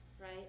right